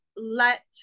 let